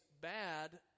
bad